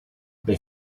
they